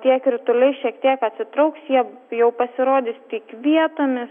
tie krituliai šiek tiek atsitrauks jie jau pasirodys tik vietomis